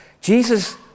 Jesus